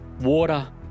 water